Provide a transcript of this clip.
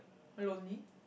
are you lonely